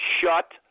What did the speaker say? Shut